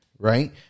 Right